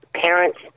parents